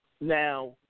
Now